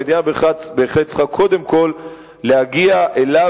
המדינה בהחלט צריכה קודם כול להגיע אליו